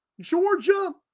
Georgia